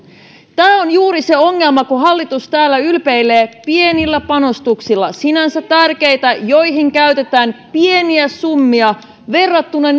tämä on juuri se ongelma kun hallitus täällä ylpeilee pienillä panostuksilla sinänsä tärkeillä joihin käytetään pieniä summia verrattuna